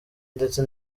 ndetse